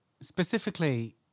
specifically